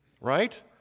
right